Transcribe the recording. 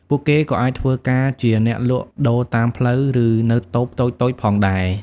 ពួកគេក៏អាចធ្វើការជាអ្នកលក់ដូរតាមផ្លូវ ឬនៅតូបតូចៗផងដែរ។